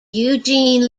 eugene